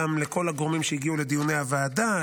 וגם לכל הגורמים שהגיעו לדיוני הוועדה,